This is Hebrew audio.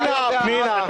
תמר, פנינה.